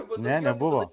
ne nebuvo